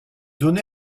donné